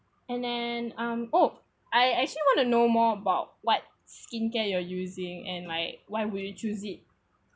and then um oh I actually want to know more about what skincare you're using and like why would you choose it